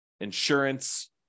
insurance